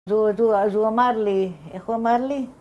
זו, זו, אז הוא אמר לי, איך הוא אמר לי